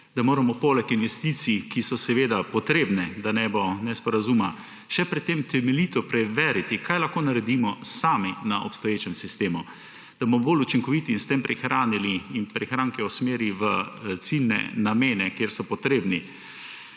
Da moramo poleg investicij, ki so seveda potrebne, da ne bo nesporazuma, pred tem še temeljito preveriti, kaj lahko naredimo sami na obstoječem sistemu, da bomo bolj učinkoviti in s tem prihranili ter prihranke usmerili v ciljne namene, kjer so potrebni.